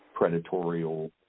predatorial